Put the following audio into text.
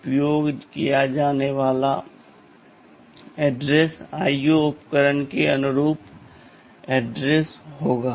उपयोग किया जाने वाला पता IO उपकरणों के अनुरूप पता होगा